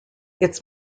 its